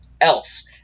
else